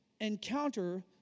encounter